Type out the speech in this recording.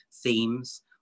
themes